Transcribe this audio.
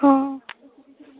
অঁ